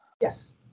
Yes